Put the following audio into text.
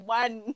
one